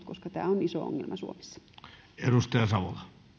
koska tämä on iso ongelma suomessa arvoisa